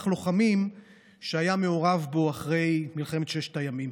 לוחמים שהיה מעורב בו אחרי מלחמת ששת הימים.